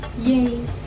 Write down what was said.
Yay